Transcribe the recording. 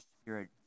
spirit